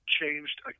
changed